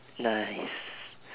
nice